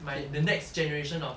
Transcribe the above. my the next generation of